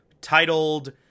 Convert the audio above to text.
titled